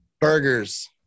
Burgers